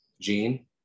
Gene